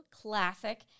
classic